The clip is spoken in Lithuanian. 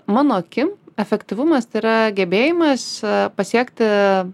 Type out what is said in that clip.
mano akim efektyvumas tai yra gebėjimas pasiekti